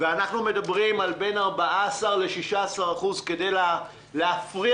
ואנחנו מדברים על בין 14% 16% כדי להפריח